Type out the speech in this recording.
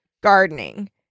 gardening